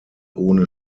ohne